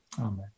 Amen